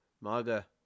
MAGA